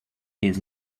his